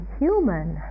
human